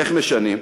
איך משנים?